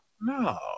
No